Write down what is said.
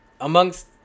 Amongst